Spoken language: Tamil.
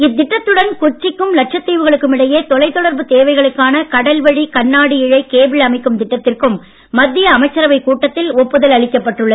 இத்திட்டத்துடன் கொச்சிக்கும் லட்சத் தீவுகளுக்கும் இடையே தொலைதொடர்பு தேவைகளுக்கான கடல்வழி கண்ணாடி இழை கேபிள் அமைக்கும் திட்டத்திற்கும் மத்திய அமைச்சரவைக் கூட்டத்தில் ஒப்புதல் அளிக்கப்பட்டுள்ளது